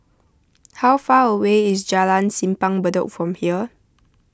how far away is Jalan Simpang Bedok from here